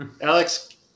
Alex